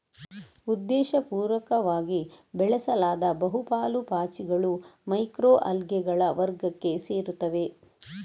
ಉದ್ದೇಶಪೂರ್ವಕವಾಗಿ ಬೆಳೆಸಲಾದ ಬಹು ಪಾಲು ಪಾಚಿಗಳು ಮೈಕ್ರೊ ಅಲ್ಗೇಗಳ ವರ್ಗಕ್ಕೆ ಸೇರುತ್ತವೆ